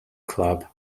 club